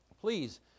Please